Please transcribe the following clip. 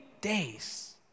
days